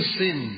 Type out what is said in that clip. sin